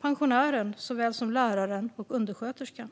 pensionären såväl som läraren och undersköterskan.